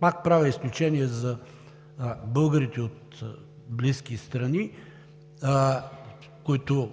пак правя изключение за българите от близки страни, които